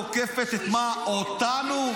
את תוקפת את מה, אותנו?